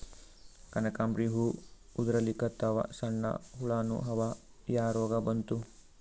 ಕನಕಾಂಬ್ರಿ ಹೂ ಉದ್ರಲಿಕತ್ತಾವ, ಸಣ್ಣ ಹುಳಾನೂ ಅವಾ, ಯಾ ರೋಗಾ ಬಂತು?